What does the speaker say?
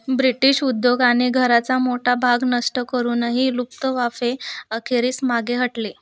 British उद्योगाने घराचा मोटा भाग नष्ट करूनही लुप्त वाफे अखेरीस मागे हटले